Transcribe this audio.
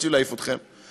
רוצים להעיף אתכם,